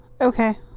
Okay